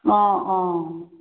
অঁ অঁ